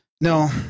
No